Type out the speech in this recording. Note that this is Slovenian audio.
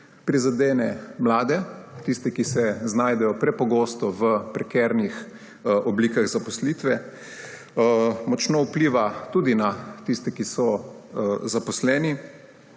Prizadene mlade, tiste, ki se prepogosto znajdejo v prekarnih oblikah zaposlitve, močno vpliva tudi na tiste, ki so zaposleni